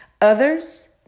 Others